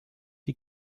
die